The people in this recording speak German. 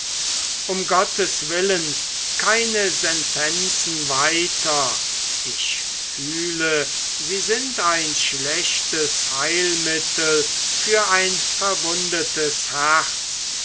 um gottes willen keine sentenzen weiter ich fühle sie sind ein schlechtes heilmittel für ein verwundetes herz